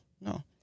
no